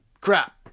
crap